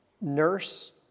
nurse